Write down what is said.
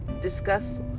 discuss